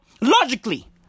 Logically